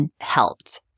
helped